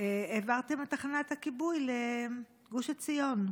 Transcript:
העברתם את תחנת הכיבוי לגוש עציון,